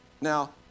Now